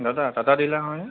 দাদা টাটা ডিলাৰ হয়নে